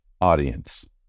audience